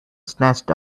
snatched